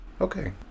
Okay